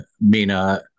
Mina